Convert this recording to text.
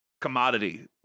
commodity